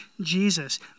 Jesus